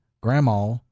grandma